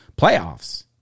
Playoffs